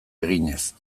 eginez